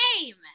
game